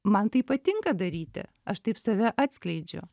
man tai patinka daryti aš taip save atskleidžiu